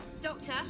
Doctor